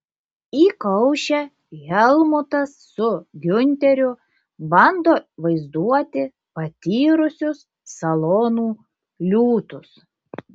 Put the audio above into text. įkaušę helmutas su giunteriu bando vaizduoti patyrusius salonų liūtus